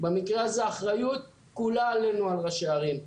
במקרה הזה האחריות כולה עלינו, על ראשי הערים.